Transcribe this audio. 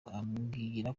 ambwira